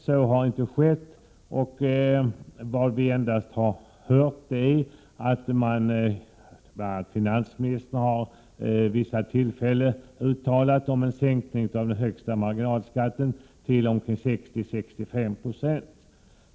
Så har inte skett, och det enda vi hört är att bl.a. finansministern vid vissa tillfällen har uttalat sig för en sänkning av den högsta marginalskatten till 60-65 9.